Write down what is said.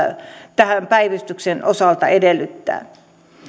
tämän päivystyksen osalta edellyttää